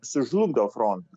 sužlugdo frontą